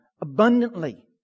abundantly